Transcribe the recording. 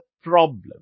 problem